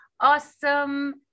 Awesome